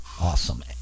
awesome